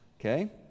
Okay